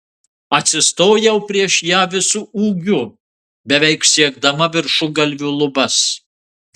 atsistojau prieš ją visu ūgiu beveik siekdama viršugalviu lubas